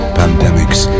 pandemics